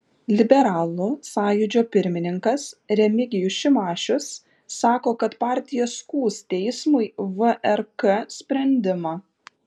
liberalų sąjūdžio pirmininkas remigijus šimašius sako kad partija skųs teismui vrk sprendimą